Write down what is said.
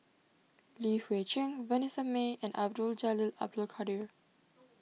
Li Hui Cheng Vanessa Mae and Abdul Jalil Abdul Kadir